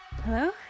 Hello